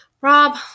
Rob